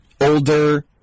older